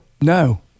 No